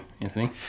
anthony